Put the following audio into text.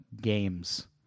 games